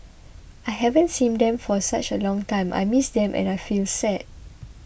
I haven't seen them for such a long time I miss them and I feel sad